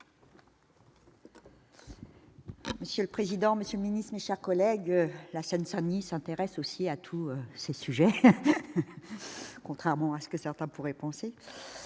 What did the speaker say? Monsieur le président Monsieur ministre, chers collègues, la Seine-Saint-Denis s'intéresse aussi à tous ces sujets, contrairement à ce que certains pourraient penser